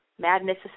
madness